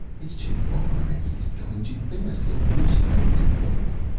it's too far, and he's going too fast. he'll lose strength and fall.